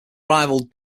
rival